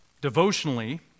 Devotionally